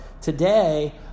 today